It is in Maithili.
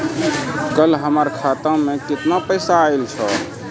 कल हमर खाता मैं केतना पैसा आइल छै?